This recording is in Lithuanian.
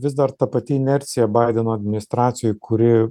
vis dar ta pati inercija badeno administracijoj kuri